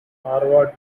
harvard